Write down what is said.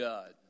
God